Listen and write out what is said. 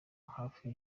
hafi